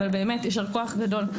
אבל באמת יישר כוח גדול.